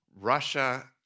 Russia